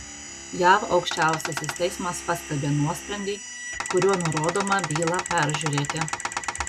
jav aukščiausiasis teismas paskelbė nuosprendį kuriuo nurodoma bylą peržiūrėti